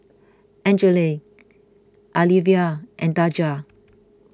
Angele Alyvia and Daja